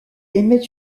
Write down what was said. émet